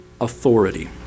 authority